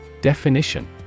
Definition